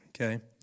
Okay